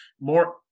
more